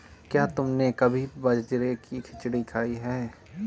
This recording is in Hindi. क्या तुमने कभी बाजरे की खिचड़ी खाई है?